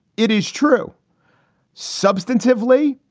it is true substantively,